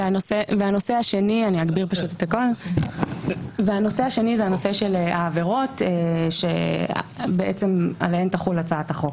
הנושא השני הוא הנושא של העבירות עליהן תחול הצעת החוק.